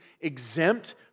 exempt